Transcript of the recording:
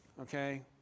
okay